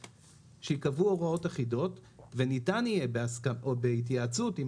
אני מציע שייקבעו הוראות אחידות וניתן יהיה בהתייעצות עם